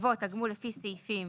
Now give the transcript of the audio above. יבוא "תגמול לפי סעיפים